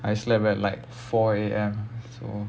I slept at like four A_M so